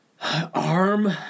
Arm